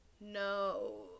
No